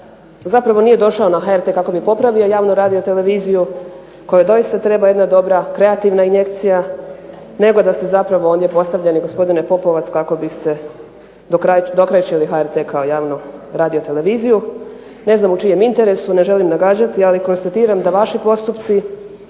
zapravo nije došao na HRT kako bi popravio javnu radio televiziju kojoj doista treba jedna dobra kreativna injekcija, nego da se ste zapravo ondje postavljeni gospodin Popovac kako bi ste dokrajčili HRT kao javnu radioteleviziju. Ne znam u čijem interesu, ne želim nagađati, ali konstatiram da vaši postupci